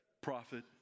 prophet